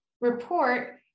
report